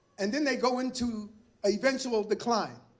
and then they go into an eventual decline.